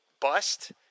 bust